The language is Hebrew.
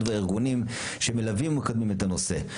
והארגונים שמלווים ומקדמים את הנושא.